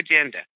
agenda